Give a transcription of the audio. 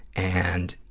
and,